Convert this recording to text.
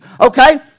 okay